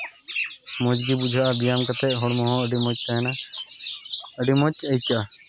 ᱢᱚᱡᱽ ᱜᱮ ᱵᱩᱡᱷᱟᱹᱜᱼᱟ ᱵᱮᱭᱟᱢ ᱠᱟᱛᱮᱫ ᱦᱚᱲᱢᱚ ᱦᱚᱸ ᱟᱹᱰᱤ ᱢᱚᱡᱽ ᱛᱟᱦᱮᱱᱟ ᱟᱹᱰᱤ ᱢᱚᱡᱽ ᱟᱹᱭᱠᱟᱹᱜᱼᱟ